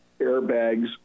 airbags